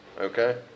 okay